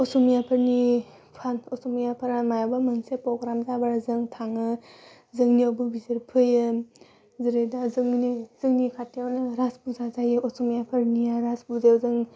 असमियाफोरनि फाख असमियाफ्रा माइबा मोनसे प्रग्राम जाबा जों थाङो जोंनियावबो बिसोर फैयो जेरै दा जोंनि जोंनि खाथियावनो राज फुजा जायो असमियाफोरनिया राजफुजायाव जों